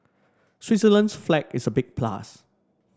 Switzerland's flag is a big plus